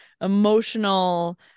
emotional